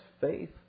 faith